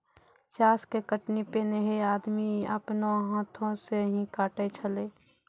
चास के कटनी पैनेहे आदमी आपनो हाथै से ही काटै छेलै